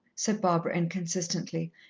said barbara inconsistently.